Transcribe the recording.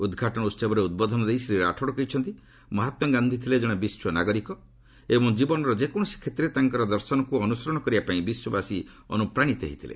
ଉଦ୍ଘାଟନ ଉହବରେ ଉଦ୍ବୋଧନ ଦେଇ ଶ୍ରୀ ରାଠୋଡ୍ କହିଛନ୍ତି ମହାତ୍ମା ଗାନ୍ଧି ଥିଲେ ଜଣେ ବିଶ୍ୱ ନାଗରିକ ଏବଂ ଜୀବନର ଯେକୌଣସି କ୍ଷେତ୍ରରେ ତାଙ୍କର ଦର୍ଶନକୁ ଅନୁସରଣ କରିବା ପାଇଁ ବିଶ୍ୱବାସୀ ଅନୁପ୍ରାଣୀତ ହୋଇଥିଲେ